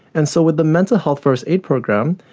and so with the mental health first aid program,